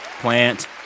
Plant